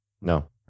No